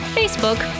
facebook